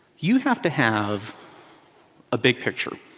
you have to have a big picture,